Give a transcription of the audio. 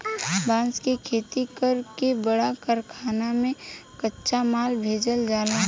बांस के खेती कर के बड़ कारखाना में कच्चा माल भेजल जाला